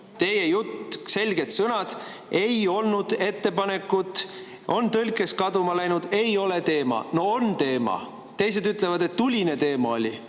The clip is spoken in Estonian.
Teie jutt, selged sõnad: ei olnud ettepanekut, on tõlkes kaduma läinud, ei ole teema. No on teema! Teised ütlevad, et tuline teema oli,